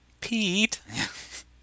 Pete